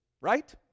right